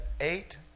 eight